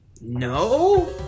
no